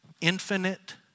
infinite